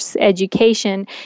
education